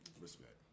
Respect